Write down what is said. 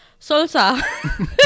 salsa